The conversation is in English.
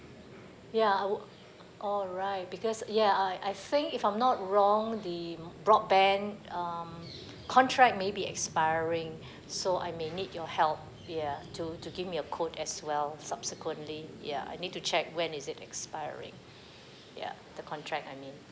ya I wi~ alright because ya I I think if I'm not wrong the broadband um contract may be expiring so I may need your help ya to to give me a quote as well subsequently ya I need to check when is it expiring ya the contract I mean